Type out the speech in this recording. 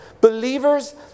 Believers